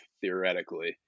theoretically